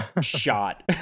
shot